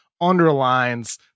underlines